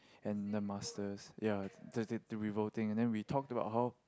and the masters ya the the the revolting and then we talked about how